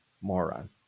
moron